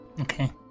Okay